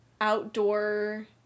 outdoor